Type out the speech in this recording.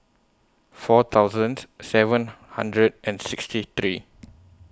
four thousand seven hundred and sixty three